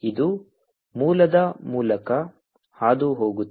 ಇದು ಮೂಲದ ಮೂಲಕ ಹಾದುಹೋಗುತ್ತದೆ